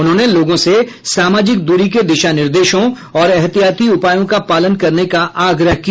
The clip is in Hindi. उन्होंने लोगों से सामाजिक द्री के दिशा निर्देशों और एहतियाती उपायों का पालन करने का आग्रह किया